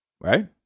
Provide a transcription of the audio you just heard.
Right